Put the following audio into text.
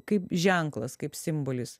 kaip ženklas kaip simbolis